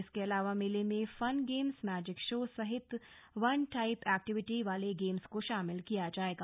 इसके अलावा मेले में फन गेम्स मैजिक शो सहित वन टाइम एक्टिविटी वाले गेम्स को शामिल किया जाएगा